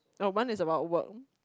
oh one is about work